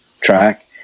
track